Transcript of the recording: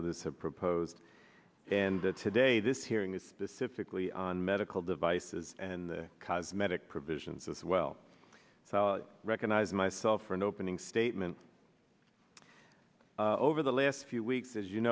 others have proposed and that today this hearing is specifically on medical devices and cosmetic provisions as well so i recognize myself for an opening statement over the last few weeks as you